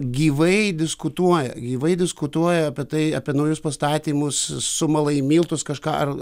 gyvai diskutuoja gyvai diskutuoja apie tai apie naujus pastatymus sumala į miltus kažką ar